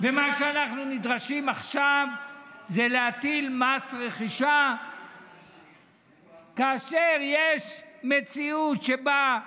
ומה שאנחנו נדרשים עכשיו זה להטיל מס רכישה כאשר יש מציאות שבה,